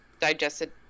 digested